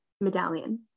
medallion